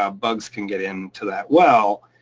um bugs can get in to that well,